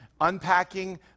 unpacking